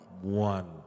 one